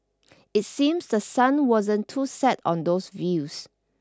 it seems the sun wasn't too set on those views